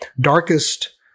darkest